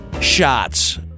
shots